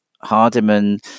Hardiman